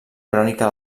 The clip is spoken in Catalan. crònica